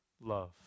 love